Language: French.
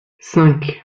cinq